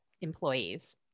employees